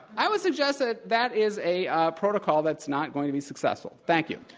i would suggest that that is a protocol that's not going to be successful. thank you.